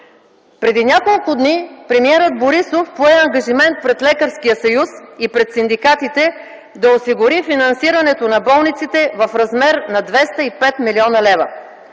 Преди няколко дни премиерът Борисов пое ангажимент пред Лекарския съюз и пред синдикатите да осигури финансирането на болниците в размер на 205 млн. лв.